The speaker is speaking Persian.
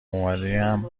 اومدم